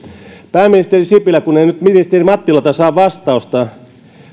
pääministeri sipilä kun en nyt ministeri mattilalta saa vastausta